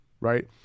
right